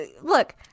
look